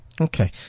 Okay